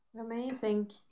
amazing